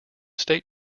state